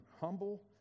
humble